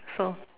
so